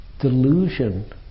delusion